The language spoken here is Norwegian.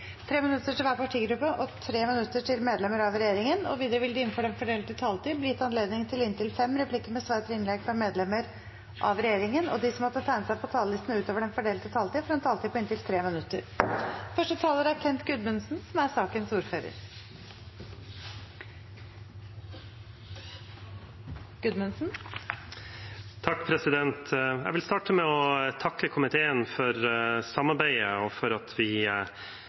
minutter til hver partigruppe og 3 minutter til medlemmer av regjeringen. Videre vil det – innenfor den fordelte taletid – bli gitt anledning til inntil fem replikker med svar etter innlegg fra medlemmer av regjeringen, og de som måtte tegne seg på talerlisten utover den fordelte taletid, får også en taletid på inntil 3 minutter.